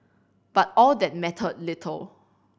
but all that mattered little